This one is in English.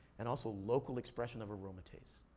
and also local expression of aromatase.